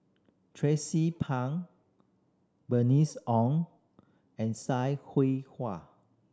Tracie Pang Bernice Ong and Sai